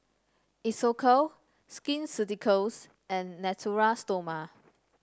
Isocal Skin Ceuticals and Natura Stoma